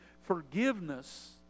forgiveness